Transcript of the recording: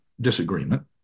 disagreement